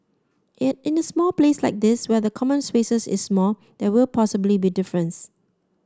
and in a small place like this where the common spaces is small there will possibly be difference